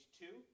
two